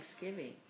thanksgiving